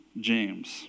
James